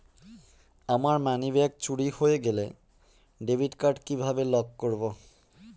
আমার মানিব্যাগ চুরি হয়ে গেলে ডেবিট কার্ড কিভাবে লক করব?